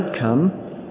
come